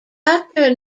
actor